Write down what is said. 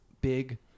big